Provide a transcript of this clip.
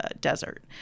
desert